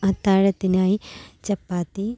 അത്താഴത്തിനായി ചപ്പാത്തി